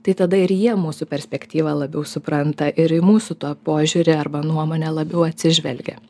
tai tada ir jie mūsų perspektyvą labiau supranta ir į mūsų to požiūrį arba nuomonę labiau atsižvelgia